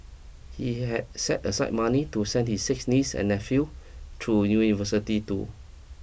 he had set aside money to send his six niece and nephew through university too